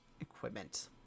equipment